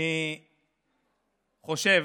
אני חושב